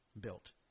built